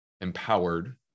empowered